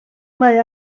mae